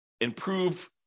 improve